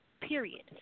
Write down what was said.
period